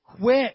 quit